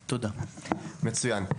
מצוין.